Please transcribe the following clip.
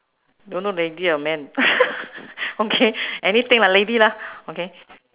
don't know lady or man okay anything lah lady lah okay